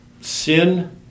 sin